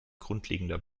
grundlegender